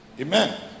Amen